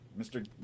Mr